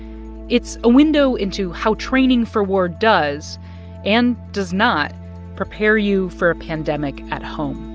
it's a window into how training for war does and does not prepare you for a pandemic at home